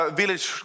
village